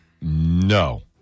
No